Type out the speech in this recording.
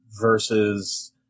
versus